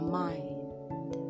mind